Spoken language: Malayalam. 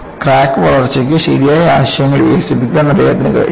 ക്രാക്ക് വളർച്ചയ്ക്ക് ശരിയായ ആശയങ്ങൾ വികസിപ്പിക്കാൻ അദ്ദേഹത്തിന് കഴിഞ്ഞു